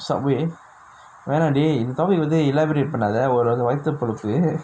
Subway வேணா:venaa dey இந்த:intha topic பத்தி:pathi elaborate பண்ணாதே ஒருவரோட வைத்து பொழப்பு:pannathae oruvaroda vaithu polappu